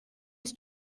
his